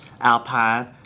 alpine